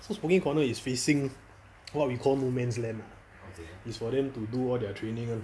so smoking corner is facing what we call no man's land lah is for them to do all their training [one]